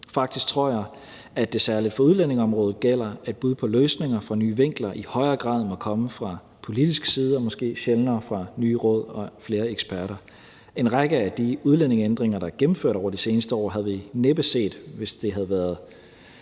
Faktisk tror jeg, at det særlig for udlændingeområdet gælder, at bud på løsninger med nye vinkler i højere grad må komme fra politisk side og måske sjældnere fra nye råd og flere eksperter. Jeg tror næppe, at vi havde set en række af de udlændingeændringer, der er gennemført over de seneste år, hvis initiativet var blevet